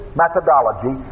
methodology